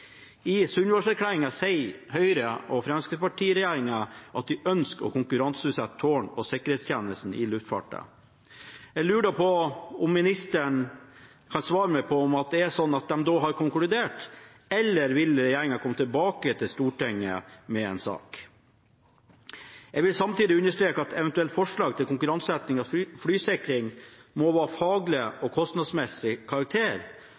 I Sundvolden-erklæringen sier Høyre–Fremskrittsparti-regjeringen at de ønsker å konkurranseutsette tårn- og sikringstjenestene i luftfarten. Jeg lurer på om ministeren kan svare meg på om de har konkludert, eller om regjeringen vil komme tilbake til Stortinget med en sak. Jeg vil samtidig understreke at et eventuelt forslag om konkurranseutsetting av flysikring må være av faglig og kostnadsmessig karakter,